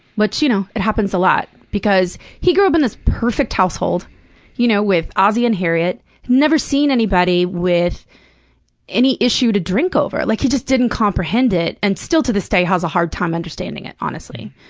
which you know it happens a lot. because he grew up in this perfect household you know with ozzie and harriet, had never seen anybody with any issue to drink over. like, he just didn't comprehend it and still, to this day, has a hard time understanding it, honestly.